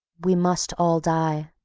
we must all die.